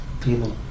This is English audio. people